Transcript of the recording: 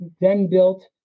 then-built